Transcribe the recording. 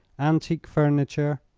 antique furniture,